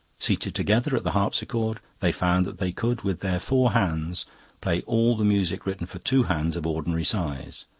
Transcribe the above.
seated together at the harpsichord, they found that they could with their four hands play all the music written for two hands of ordinary size,